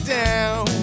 down